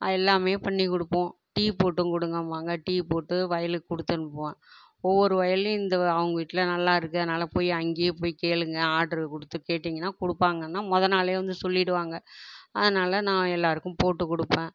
அது எல்லாமே பண்ணிக் கொடுப்போம் டீ போட்டும் கொடுங்கம்பாங்க டீ போட்டு வயலுக்குக் கொடுத்து அனுப்புவேன் ஒவ்வொரு வயல்லேயும் இந்த அவங்க வீட்டில் நல்லா இருக்குது அதனால போய் அங்கேயே போய் கேளுங்கள் ஆர்டர் கொடுத்து கேட்டீங்கன்னா கொடுப்பாங்கன் தான் மொதல் நாளே வந்து சொல்லிவிடுவாங்க அதனால நான் எல்லோருக்கும் போட்டுக் கொடுப்பேன்